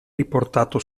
riportato